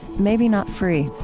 maybe not free.